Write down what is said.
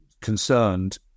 concerned